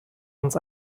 uns